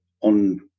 on